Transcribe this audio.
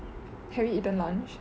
have you eaten lunch